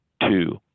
two